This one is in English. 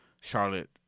Charlotte